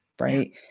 right